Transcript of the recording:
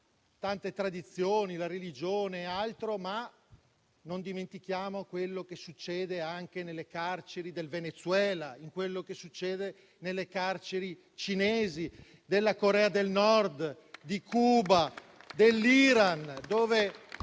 tante tradizioni, come la religione e altro, non dimentichiamo quello che succede anche nelle carceri del Venezuela, quello che succede nelle carceri cinesi, della Corea del Nord, di Cuba, dell'Iran